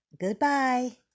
goodbye